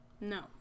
No